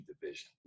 division